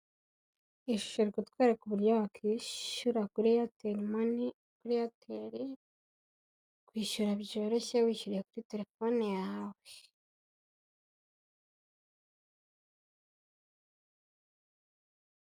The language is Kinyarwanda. Iyi shusho iri kutwereka uburyo wakishyura kuri Airtel Money. Kuri Airtel, kwishyura byoroshye wishyuriye kuri telefone yawe.